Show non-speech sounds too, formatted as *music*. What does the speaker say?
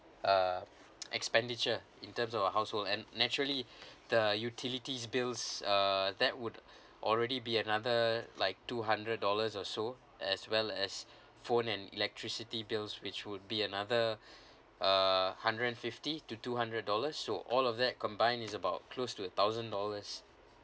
uh *noise* expenditure in terms of household and naturally the utilities bills uh that would already be another like two hundred dollars also as well as phone and electricity bills which would be another uh hundred and fifty to two hundred dollars so all of that combined is about close to a thousand dollars